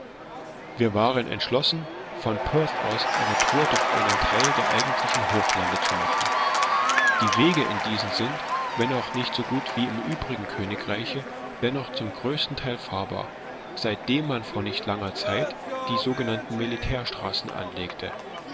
wir waren entschlossen von perth aus eine tour durch einen teil der eigentlichen hochlande zu machen die wege in diesen sind wenn auch nicht so gut wie im übrigen königreiche dennoch zum größten teil fahrbar seitdem man vor nicht langer zeit die sogenannten militärstraßen anlegte